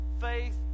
faith